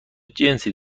جنسی